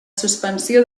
suspensió